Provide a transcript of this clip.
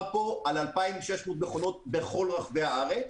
מדובר כאן על 2,600 מכונות בכל רחבי הארץ.